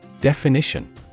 Definition